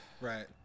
Right